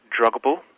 druggable